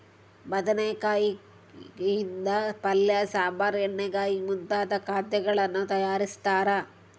ಬದನೆಕಾಯಿ ಯಿಂದ ಪಲ್ಯ ಸಾಂಬಾರ್ ಎಣ್ಣೆಗಾಯಿ ಮುಂತಾದ ಖಾದ್ಯಗಳನ್ನು ತಯಾರಿಸ್ತಾರ